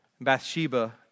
Bathsheba